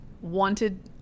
wanted